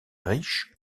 riche